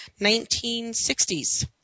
1960s